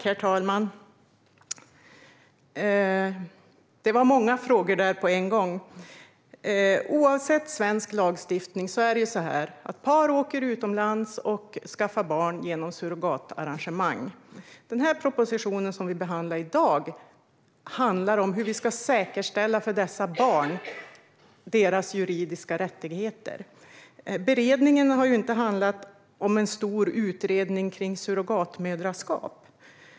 Herr talman! Det var många frågor på en gång. Oavsett svensk lagstiftning åker par utomlands och skaffar barn genom surrogatarrangemang. Propositionen som vi behandlar i dag handlar om hur vi ska säkerställa dessa barns juridiska rättigheter. Beredningen har inte handlat om en stor utredning av surrogatmoderskap.